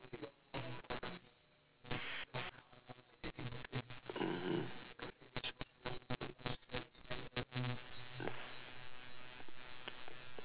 mmhmm